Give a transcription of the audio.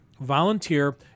volunteer